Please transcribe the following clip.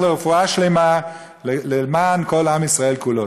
לו רפואה שלמה למען כל עם ישראל כולו.